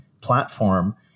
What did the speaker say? platform